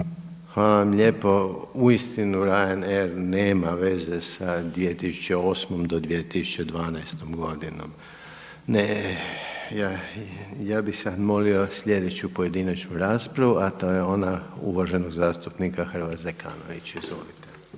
Hvala vam lijepo. Uistinu Ryanair nema veze sa 2008. do 2012. godinom. Ja bih sada molio sljedeću pojedinačnu raspravu, a to je ona uvaženog zastupnika Hrvoja Zekanovića. Izvolite.